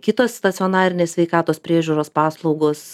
kitos stacionarinės sveikatos priežiūros paslaugos